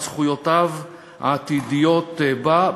את זכויותיו העתידיות בה,